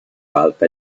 alta